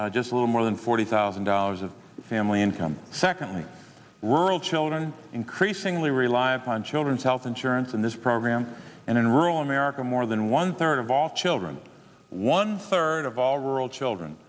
just little more than forty thousand dollars of family income secondly rural children increasingly rely upon children's health insurance in this program and in rural america more than one third of all children one third of all rural children